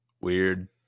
Weird